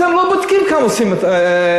אתם לא בודקים כמה עושים חסד,